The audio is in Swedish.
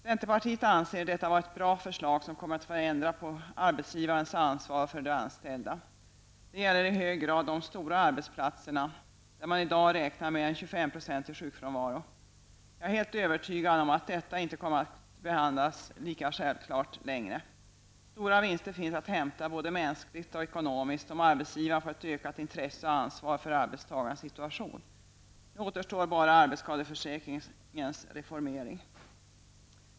Centerpartiet anser detta vara ett bra förslag som kommer att ändra arbetsgivarens ansvar för de anställda. Det gäller i hög grad de stora arbetsplaterna där man i dag räknar med en 25 procentig sjukfrånvaro. Jag är helt övertygad om att detta inte kommer att vara lika självklart längre. Stora vinster finns att hämta både mänskligt och ekonomiskt om arbetsgivaren får ett ökat intresse och ansvar för arbetstagarens situation. Nu återstår bara arbetsskadeförsäkringens reformering.